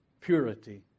purity